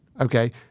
Okay